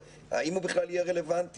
האם הוא בכלל יהיה רלבנטי?